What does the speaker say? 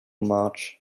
march